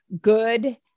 good